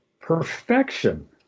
perfection